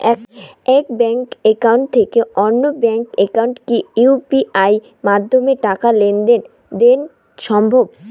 এক bank account থেকে অন্য ব্যাংক একাউন্টে কি ইউ.পি.আই মাধ্যমে টাকার লেনদেন দেন সম্ভব?